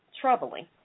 troubling